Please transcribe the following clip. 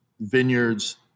vineyards